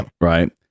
right